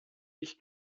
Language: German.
ich